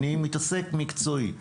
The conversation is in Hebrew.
אני מתעסק מקצועית.